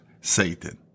Satan